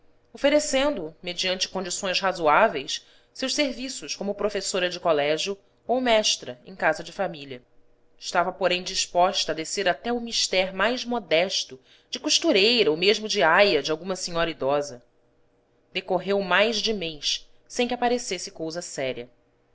oferecendo mediante condições razoáveis seus serviços como professora de colégio ou mestra em casa de família estava porém disposta a descer até o mister mais modesto de costureira ou mesmo de aia de alguma senhora idosa decorreu mais de mês sem que aparecesse cousa séria